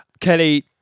Kelly